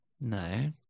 No